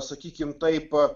sakykim taip